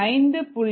07t t 25